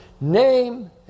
Name